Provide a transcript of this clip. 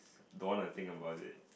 don't wanna think about it